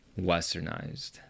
westernized